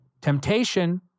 Temptation